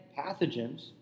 pathogens